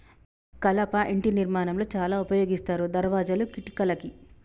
కలప ఇంటి నిర్మాణం లో చాల ఉపయోగిస్తారు దర్వాజాలు, కిటికలకి